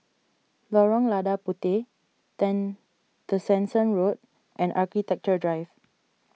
Lorong Lada Puteh ten Tessensohn Road and Architecture Drive